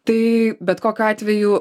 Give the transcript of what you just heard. tai bet kokiu atveju